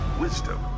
wisdom